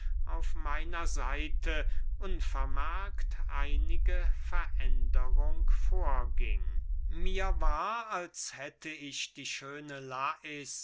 auf meiner seite unvermerkt einige veränderung vorging mir war als hätte ich die schöne lais